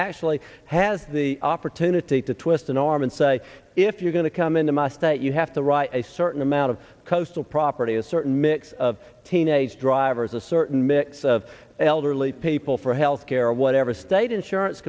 actually has the opportunity to twist an arm and say if you're going to come into my state you have to write a certain amount of coastal property a certain mix of teenage drivers a certain mix of elderly people for health care or whatever state insurance